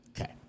Okay